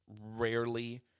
rarely